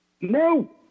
No